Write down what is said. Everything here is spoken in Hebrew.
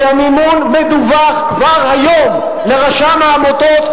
כי המימון מדווח כבר היום לרשם העמותות.